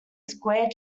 square